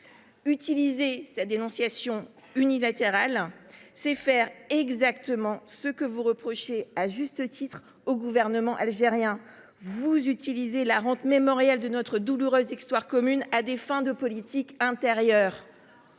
de sa dénonciation unilatérale, c’est faire exactement ce que vous reprochez, à juste titre, au gouvernement algérien. Vous utilisez la rente mémorielle de notre douloureuse histoire commune à des fins de politique intérieure.